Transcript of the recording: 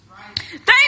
Thank